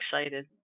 excited